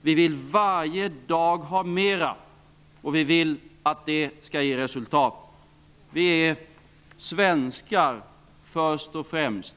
Vi vill varje dag ha mera, och vi vill att det skall ge resultat. Vi är svenskar först och främst.